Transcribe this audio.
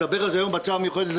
נדבר על זה היום בהצעה לסדר-היום.